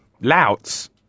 louts